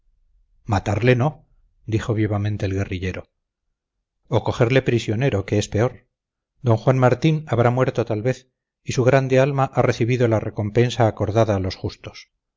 matarle no dijo vivamente el guerrillero o cogerle prisionero que es peor don juan martín habrá muerto tal vez y su grande alma ha recibido la recompensa acordada a los justos